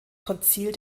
konzil